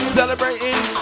celebrating